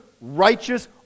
righteous